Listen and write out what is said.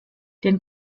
den